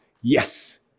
Yes